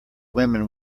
women